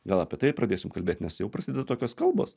gal apie tai pradėsim kalbėt nes jau prasideda tokios kalbos